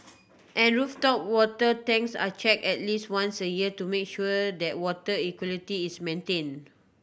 and rooftop water tanks are check at least once a year to make sure that water equality is maintain